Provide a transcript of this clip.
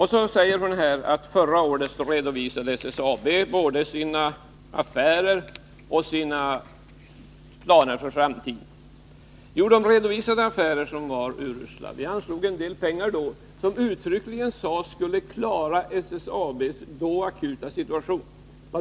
Hon säger att SSAB förra året redovisade både sina affärer och sina planer för framtiden. Jo, man redovisade affärer som var urusla, och vi anslog en del pengar då, som uttryckligen sades skulle klara SSAB:s då akuta situation.